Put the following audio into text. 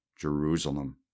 Jerusalem